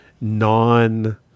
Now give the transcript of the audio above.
non